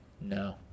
No